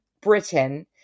Britain